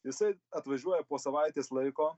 jisai atvažiuoja po savaitės laiko